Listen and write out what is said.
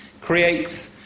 creates